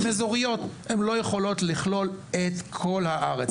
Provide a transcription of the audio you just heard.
הן לא יכולות לכלול את כל הארץ.